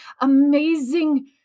amazing